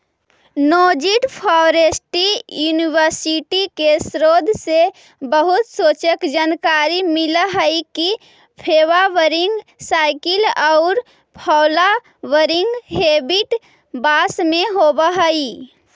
Nanjing forestry university के शोध से बहुत रोचक जानकारी मिल हई के फ्वावरिंग साइकिल औउर फ्लावरिंग हेबिट बास में होव हई